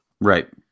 right